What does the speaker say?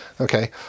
Okay